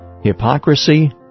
hypocrisy